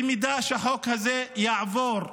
במידה שהחוק הזה יעבור במליאה,